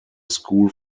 school